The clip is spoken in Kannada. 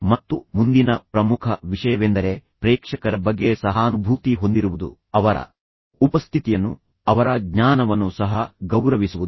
ಮತ್ತು ಮುಂದಿನ ಪ್ರಮುಖ ವಿಷಯವೆಂದರೆ ಪ್ರೇಕ್ಷಕರ ಬಗ್ಗೆ ಸಹಾನುಭೂತಿ ಹೊಂದಿರುವುದು ಅವರ ಸಮಯವನ್ನು ಗೌರವಿಸುವುದು ಅವರ ಉಪಸ್ಥಿತಿಯನ್ನು ಅವರ ಜ್ಞಾನವನ್ನು ಸಹ ಗೌರವಿಸುವುದು